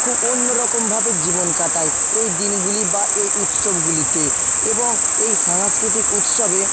খুব অন্য রকমভাবে জীবন কাটায় এই দিনগুলি বা এই উৎসবগুলিতে এবং এই সাংস্কৃতিক উৎসবে